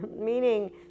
meaning